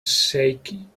sacking